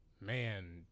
man